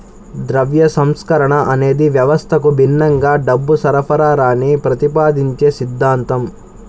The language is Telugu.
ద్రవ్య సంస్కరణ అనేది వ్యవస్థకు భిన్నంగా డబ్బు సరఫరాని ప్రతిపాదించే సిద్ధాంతం